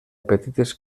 petites